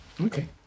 Okay